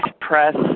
press